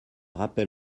rappel